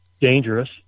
dangerous